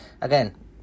Again